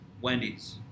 Wendy's